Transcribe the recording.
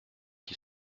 qui